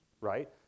right